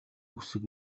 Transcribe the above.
үсэг